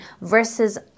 versus